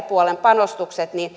puolen panostukset